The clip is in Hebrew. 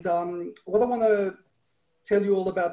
אני מעדיף לא לצנזר אותם,